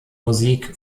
musik